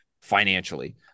financially